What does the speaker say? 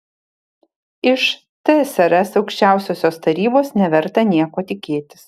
iš tsrs aukščiausiosios tarybos neverta nieko tikėtis